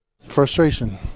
Frustration